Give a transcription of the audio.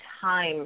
time